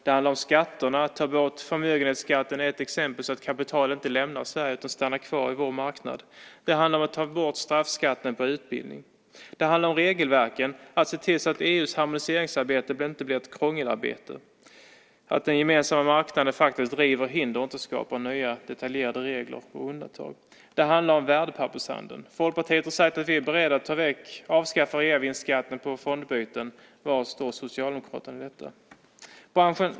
Det handlar om skatterna. Att ta bort förmögenhetsskatten är ett exempel, så att kapital inte lämnar Sverige utan stannar kvar i vår marknad. Det handlar om att ta bort straffskatten på utbildning. Det handlar om regelverken, att se till att EU:s harmoniseringsarbete inte blir ett krångelarbete, att den gemensamma marknaden river hinder och inte skapar nya detaljerade regler och undantag. Det handlar om värdepappershandeln. Folkpartiet har sagt att vi är beredda att avskaffa reavinstskatten på fondbyten. Var står Socialdemokraterna när det gäller detta?